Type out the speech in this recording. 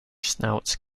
snouts